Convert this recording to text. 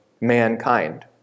mankind